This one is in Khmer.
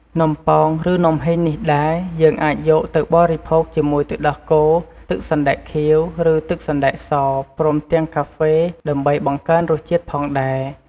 នំប៉ោង ឬ នំហុីងនេះដែរ យើងអាចយកទៅបរិភោគជាមួយទឹកដោះគោ ទឹកសណ្តែកខៀវ ឬ ទឹកសណ្តែកស ព្រមទាំងកាហ្វេ ដើម្បីបង្កើនរសជាតិផងដែរ។